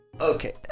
okay